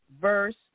verse